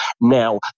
now